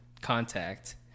contact